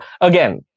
again